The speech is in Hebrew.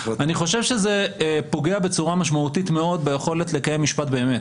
אני חושב שזה פוגע בצורה משמעותית מאוד ביכולת לקיים משפט באמת.